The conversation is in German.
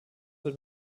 wird